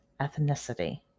ethnicity